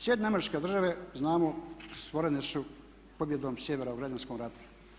Sjedinjene Američke Države, znamo stvorene su pobjedom Sjevera u građanskom ratu.